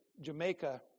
Jamaica